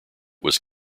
was